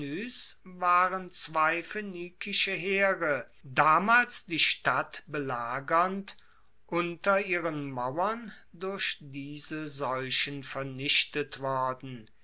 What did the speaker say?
waren zwei phoenikische heere damals die stadt belagernd unter ihren mauern durch diese seuchen vernichtet worden